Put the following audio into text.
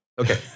Okay